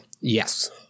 Yes